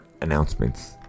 announcements